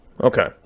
Okay